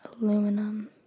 Aluminum